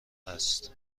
است